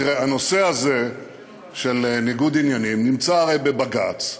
תראה, הנושא הזה של ניגוד עניינים נמצא הרי בבג"ץ.